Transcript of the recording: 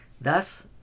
thus